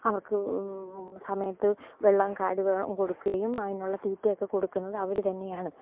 അവർക്ക് സമയത്ത് വെള്ളം വെള്ളം കൊടുക്കുകയും അതിനുള്ള തീറ്റയൊക്കെ കൊടുക്കുന്നത് അവർ തന്നെയാണ്